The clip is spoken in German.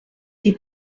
die